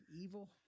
Evil